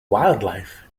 wildlife